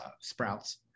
Sprouts